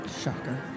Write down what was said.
Shocker